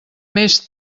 més